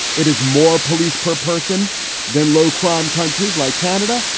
it has more police per person than low crime countries like canada,